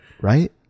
Right